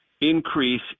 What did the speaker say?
increase